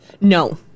No